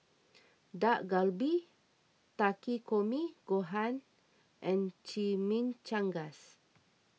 Dak Galbi Takikomi Gohan and Chimichangas